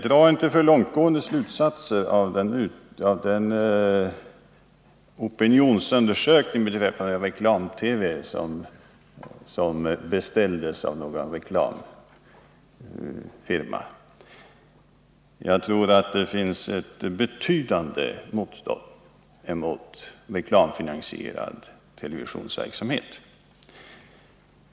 Dra inte för långtgående slutsatser av den opinionsundersökning beträffande reklam-TV som beställdes av någon reklamfirma! Jag tror att det finns ett betydande motstånd emot reklamfinansierad televisionsverksamhet.